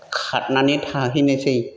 खाथनानै थाहैनोसै